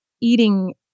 eating